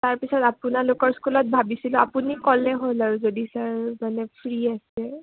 তাৰ পিছত আপোনালোকৰ স্কুলত যাম ভাবিছিলোঁ আপুনি ক'লেই হ'ল আৰু যদি ছাৰ মানে ফ্ৰী আছে